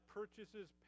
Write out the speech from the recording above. purchases